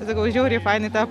sakau žiauriai fainai tą